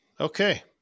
Okay